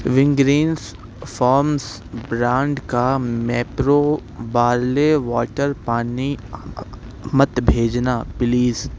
Wingreens farms brand کا Mapro barley water پانی مت بھیجنا پلیز